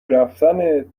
رفتنت